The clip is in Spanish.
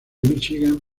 michigan